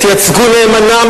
תייצגו נאמנה,